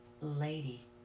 Lady